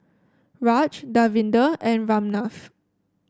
Raj Davinder and Ramnath